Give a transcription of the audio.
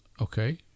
Okay